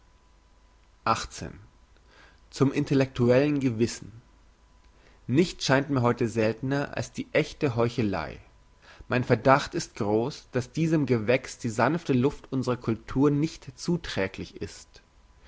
zum intellektuellen gewissen nichts scheint mir heute seltner als die echte heuchelei mein verdacht ist gross dass diesem gewächs die sanfte luft unsrer cultur nicht zuträglich ist